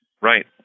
Right